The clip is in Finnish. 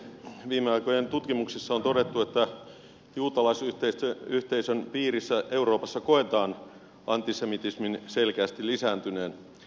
viime aikojen tutkimuksissa on todettu että juutalaisyhteisön piirissä euroopassa koetaan antisemitismin selkeästi lisääntyneen